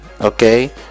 okay